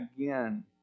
again